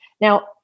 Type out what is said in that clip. Now